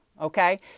Okay